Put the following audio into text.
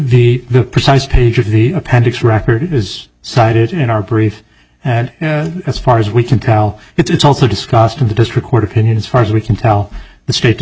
the precise page of the appendix record is cited in our brief and as far as we can tell it's also discussed in the district court opinion as far as we can tell the state to